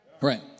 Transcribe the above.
Right